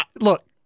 Look